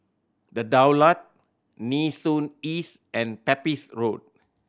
The Daulat Nee Soon East and Pepys Road